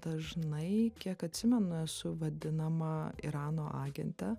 dažnai kiek atsimenu esu vadinama irano agente